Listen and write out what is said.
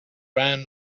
ran